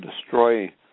destroy